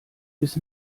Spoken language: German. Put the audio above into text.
ist